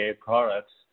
products